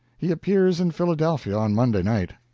he appears in philadelphia on monday night.